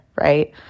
right